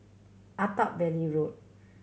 Attap Valley Road